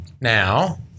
now